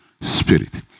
spirit